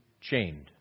chained